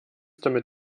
damit